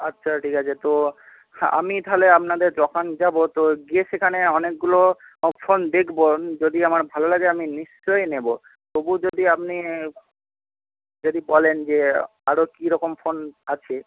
আচ্ছা ঠিক আছে তো আমি তাহলে আপনাদের দোকান যাব তো গিয়ে সেখানে অনেকগুলো ফোন দেখব যদি আমার ভালো লাগে আমি নিশ্চয়ই নেব তবুও যদি আপনি যদি বলেন যে আরো কীরকম ফোন আছে